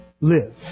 Live